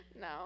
No